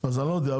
אז לא יודע,